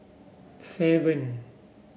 seven